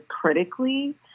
critically